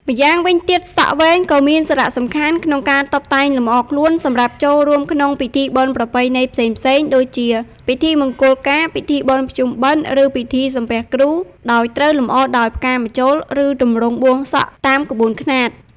ម្យ៉ាងវិញទៀត សក់វែងក៏មានសារៈសំខាន់ក្នុងការ តុបតែងលម្អខ្លួន សម្រាប់ចូលរួមក្នុងពិធីបុណ្យប្រពៃណីផ្សេងៗ ដូចជា ពិធីមង្គលការ ពិធីបុណ្យភ្ជុំបិណ្ឌ ឬពិធីសំពះគ្រូ ដោយត្រូវលម្អដោយផ្កា ម្ជុល ឬទម្រង់បួងសក់តាមក្បួនខ្នាត។